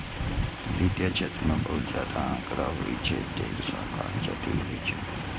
वित्तीय क्षेत्र मे बहुत ज्यादा आंकड़ा होइ छै, तें ई काज जटिल होइ छै